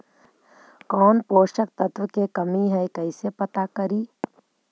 कौन पोषक तत्ब के कमी है कैसे पता करि?